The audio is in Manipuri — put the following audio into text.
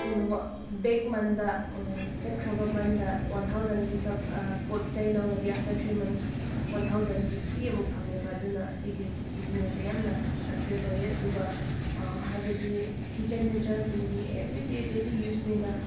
ꯕꯦꯛ ꯃꯟꯇ ꯆꯠꯈ꯭ꯔꯕ ꯃꯟꯇ ꯋꯥꯟ ꯊꯥꯎꯖꯟꯒꯤ ꯈꯛ ꯄꯣꯠ ꯆꯩ ꯂꯧꯔꯗꯤ ꯑꯥꯐꯇꯔ ꯊ꯭ꯔꯤ ꯃꯟꯁ ꯋꯥꯟ ꯊꯥꯎꯖꯟꯒꯤ ꯐ꯭ꯔꯤ ꯑꯃꯨꯛ ꯐꯪꯉꯦꯕ ꯑꯗꯨꯅ ꯁꯤꯒꯤ ꯕꯤꯖꯤꯅꯦꯁꯁꯦ ꯌꯥꯝꯅ ꯁꯛꯁꯦꯁ ꯑꯣꯏꯌꯦ ꯑꯗꯨꯒ ꯍꯥꯏꯕꯗꯤ ꯀꯤꯠꯆꯟ ꯃꯤꯇꯦꯔꯤꯌꯦꯜꯁꯤꯡꯗꯤ ꯑꯦꯚ꯭ꯔꯤꯗꯦ ꯗꯦꯂꯤ ꯌꯨꯁꯅꯤꯅ